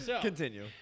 Continue